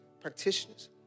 practitioners